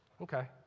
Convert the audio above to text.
Okay